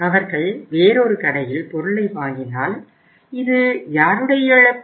அவர்கள் வேறொரு கடையில் பொருளை வாங்கினால் இது யாருடைய இழப்பு